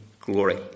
glory